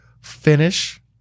finish